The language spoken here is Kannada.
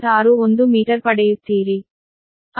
61 ಮೀಟರ್ ಪಡೆಯುತ್ತೀರಿ